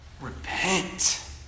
Repent